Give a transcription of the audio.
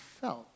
felt